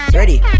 Ready